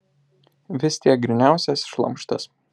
vis tiek gryniausias šlamštas